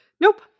Nope